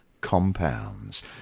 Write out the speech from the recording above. compounds